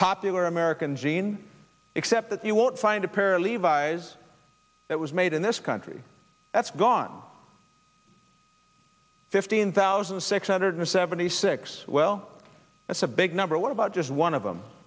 popular american jeans except that you won't find a pair levis that was made in this country that's gone fifteen thousand six hundred seventy six well that's a big number what about just one of them